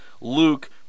Luke